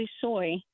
soy